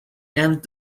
and